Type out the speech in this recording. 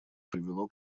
привело